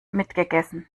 mitgegessen